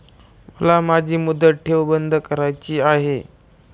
मला माझी मुदत ठेव बंद करायची आहे